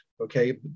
okay